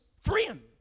friend